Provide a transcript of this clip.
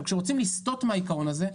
כשרוצים לסטות מהעיקרון הזה,